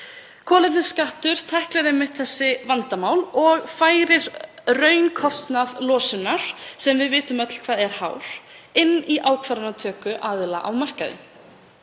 Kolefnisskattur tæklar einmitt þessi vandamál og færir raunkostnað losunar, sem við vitum öll hvað er hár, inn í ákvarðanatöku aðila á markaði.